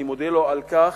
אני מודה לו על כך.